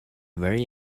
very